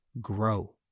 grow